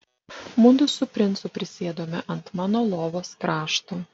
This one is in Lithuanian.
mudu su princu prisėdome ant mano lovos krašto